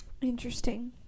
Interesting